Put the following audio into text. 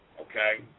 okay